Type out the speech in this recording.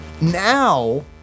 Now